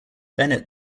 bennett